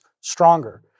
stronger